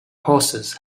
horses